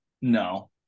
no